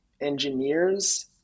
engineers